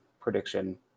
prediction